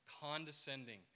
condescending